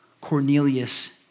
Cornelius